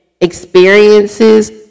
experiences